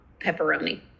Pepperoni